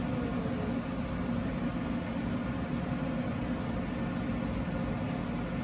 હમ હમ